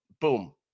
boom